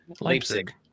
Leipzig